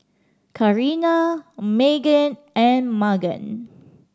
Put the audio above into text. Carina Meghann and Magan